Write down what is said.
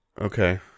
Okay